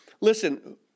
listen